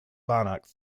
banach